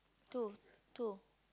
two two